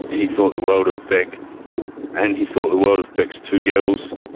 he thought the world of bec and he thought the world of bec's two girls.